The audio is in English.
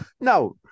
no